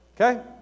Okay